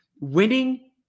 Winning